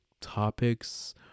topics